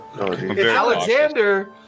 Alexander